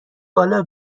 بالا